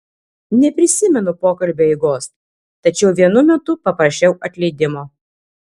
neprisimenu pokalbio eigos tačiau vienu metu paprašiau atleidimo